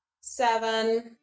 seven